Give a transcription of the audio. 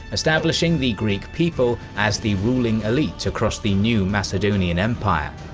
establishing the greek people as the ruling elite across the new macedonian empire.